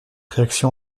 réaction